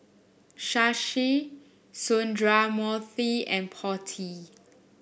Shashi Sundramoorthy and Potti